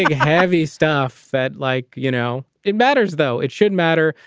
heavy stuff that like, you know, it matters, though it should matter.